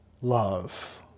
love